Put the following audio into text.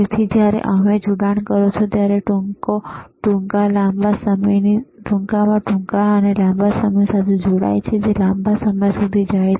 તેથી જ્યારે તમે જોડાણ કરો છો ત્યારે ટૂંકો ટૂંકા અને લાંબા સમયની સાથે જાય છે જે લાંબા સમય સુધી જાય છે